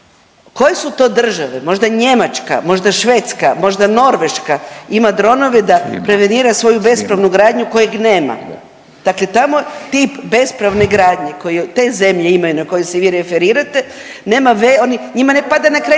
koje su to države možda Njemačka, možda Švedska, možda Norveška ima dronove da prevenira svoju bespravnu gradnju kojeg nema. Dakle, tamo tip bespravne gradnje koji te zemlje imaju na koju se vi referirate nema, oni, njima ne pada na kraj